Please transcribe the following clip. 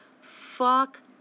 Fuck